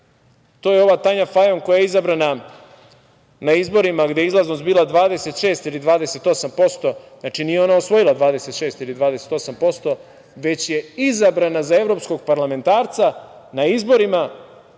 To je ova Tanja Fajon koja je izabrana na izborima gde je izlaznost bila 26 ili 28%. Znači, nije ona osvojila 26 ili 28%, već je izabrana za evropskog parlamentarca na izborima